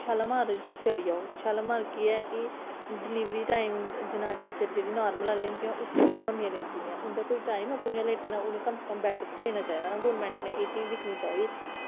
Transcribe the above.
शालामार चली जाओ शालामार केह् ऐ कि डिलवरी टाईम जेह्ड़ियां नॉर्मल आह्लियां होंदियां ओह् भूुञां होंदियां लेटी दियां उंदे कोल टैम ऐ भुंञां लेटने दा उनें ई कम से कम बैड देना चाहिदा ना गौरमेंट नै एह् चीज़ दिक्खनी चाहिदी